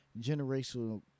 generational